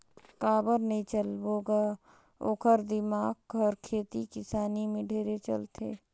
काबर नई चलबो ग ओखर दिमाक हर खेती किसानी में ढेरे चलथे